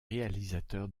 réalisateur